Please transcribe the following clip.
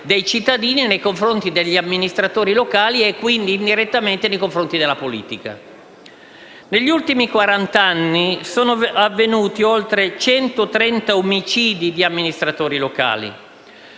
Negli ultimi quarant'anni sono avvenuti oltre 130 omicidi di amministratori locali.